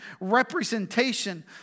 representation